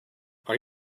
are